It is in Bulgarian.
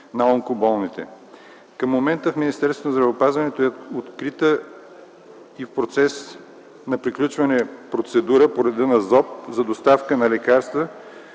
на онкоболните. Към момента в Министерството на здравеопазването е открита и е в процес на приключване процедура по реда на ЗОП за доставка на лекарства